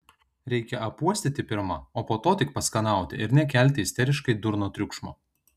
reikia apuostyti pirma o po to tik paskanauti ir nekelti isteriškai durno triukšmo